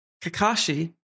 Kakashi